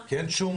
כי אין שום